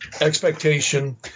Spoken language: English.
expectation